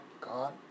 God